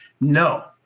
No